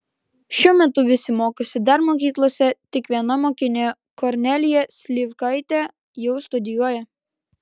šiuo metu visi mokosi dar mokyklose tik viena mokinė kornelija slivkaitė jau studijuoja